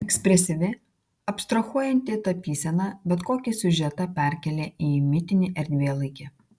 ekspresyvi abstrahuojanti tapysena bet kokį siužetą perkelia į mitinį erdvėlaikį